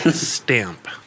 stamp